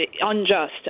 unjust